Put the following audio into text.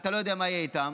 ואתה לא יודע מה יהיה איתם.